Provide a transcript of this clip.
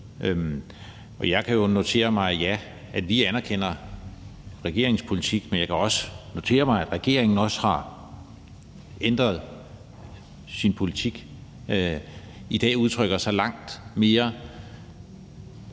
Og jeg kan jo notere mig, at ja, vi anerkender regeringens politik, men jeg kan også notere mig, at regeringen også har ændret sin politik og i dag udtrykker sig langt mere